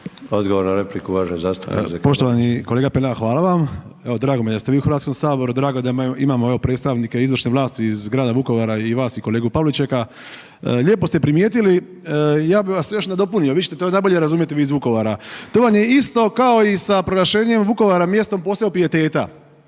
Odgovor na repliku uvažena zastupnica